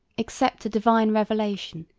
except a divine revelation,